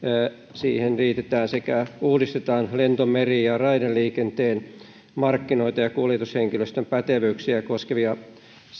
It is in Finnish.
siihen liitetään sekä uudistetaan lento meri ja raideliikenteen markkinoita ja kuljetushenkilöstön pätevyyksiä koskevia